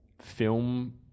film